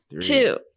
Two